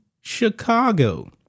Chicago